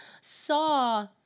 saw